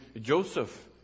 Joseph